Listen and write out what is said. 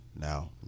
now